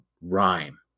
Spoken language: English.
rhyme